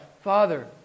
Father